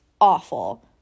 awful